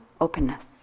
openness